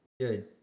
Good